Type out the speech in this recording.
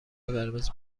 قرمز